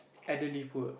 elderly poor